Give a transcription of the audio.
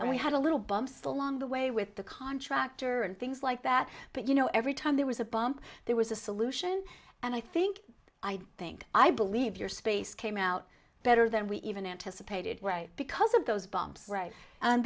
and we had a little bumps along the way with the contractor and things like that but you know every time there was a bump there was a solution and i think i think i believe your space came out better than we even anticipated because of those bumps